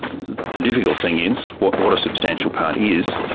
the difficult thing is, what what a substantial part is,